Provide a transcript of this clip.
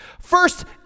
first